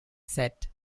set